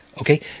Okay